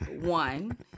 one